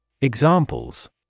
Examples